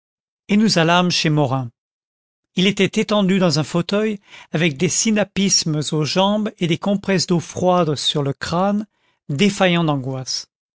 et nous allâmes chez morin il était étendu dans un fauteuil avec des sinapismes aux jambes et des compresses d'eau froide sur le crâne défaillant d'angoisse